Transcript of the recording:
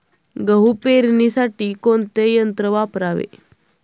गहू पेरणीसाठी कोणते यंत्र वापरावे?